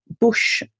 bush